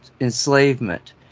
enslavement